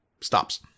stops